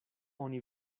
oni